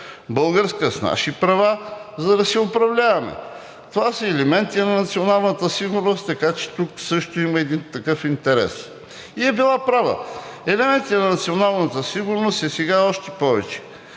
българска, с наши права, за да си управляваме. Това са елементи на националната сигурност, така че тук също има един такъв интерес.“ И е била права. Идеалите на националната сигурност, а сега още повече.